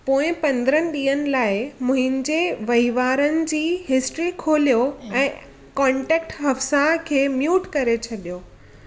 पोएं पंद्रहनि ॾींहनि लाइ मुंहिंजे वहिंवारनि जी हिस्ट्री खोलियो ऐं कॉन्टेक्ट हफ्साह खे म्यूट करे छॾियो